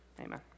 Amen